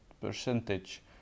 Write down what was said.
percentage